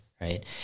right